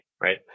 right